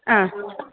ആ